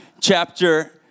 chapter